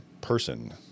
person